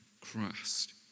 Christ